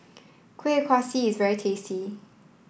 Kuih Kaswi is very tasty